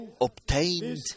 obtained